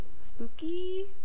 spooky